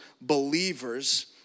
believers